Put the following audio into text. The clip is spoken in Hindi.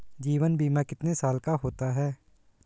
जीवन बीमा कितने साल का होता है?